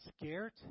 scared